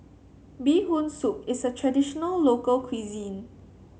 Bee Hoon Soup is a traditional local cuisine